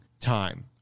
time